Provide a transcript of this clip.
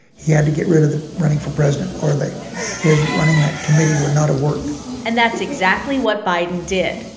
he had to get rid of the running for president or his running that committee would not have worked and that's exactly what biden did.